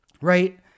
right